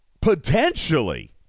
potentially